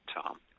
Tom